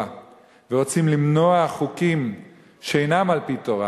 ורוצים למנוע חוקים שאינם על-פי תורה,